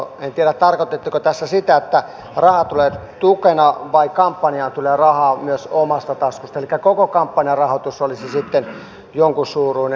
en tiedä tarkoititteko tässä sitä että raha tulee tukena vai että kampanjaan tulee rahaa myös omasta taskusta elikkä koko kampanjarahoitus olisi sitten jonkunsuuruinen